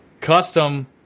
custom